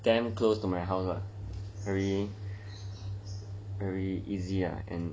damn close to my house ah very easy lah and